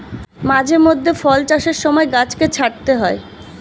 মাঝে মধ্যে ফল চাষের সময় গাছকে ছাঁটতে হয়